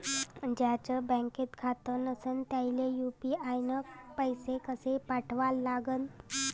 ज्याचं बँकेत खातं नसणं त्याईले यू.पी.आय न पैसे कसे पाठवा लागन?